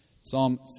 Psalm